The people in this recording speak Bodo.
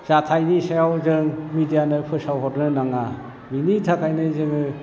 जाथायनि सायाव जों मिडियानो फोसावहरनो नाङा बेनि थाखायनो जोङो